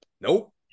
Nope